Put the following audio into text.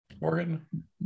morgan